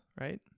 right